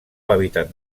hàbitat